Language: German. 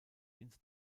ins